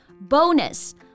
bonus